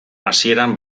hasieran